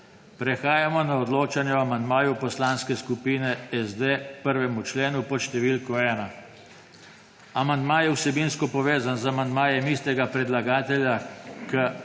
Prehajamo na odločanje o amandmaju Poslanske skupine SD k 1. členu pod številko 1. Amandma je vsebinsko povezan z amandmajem istega predlagatelja k